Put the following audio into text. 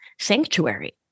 sanctuary